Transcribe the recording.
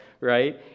right